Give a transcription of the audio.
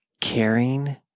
caring